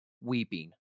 weeping